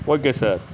okay sir